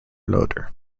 loader